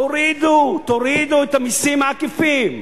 תורידו, תורידו את המסים העקיפים.